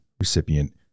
recipient